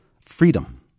freedom